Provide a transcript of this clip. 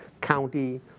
county